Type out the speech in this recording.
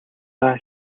даа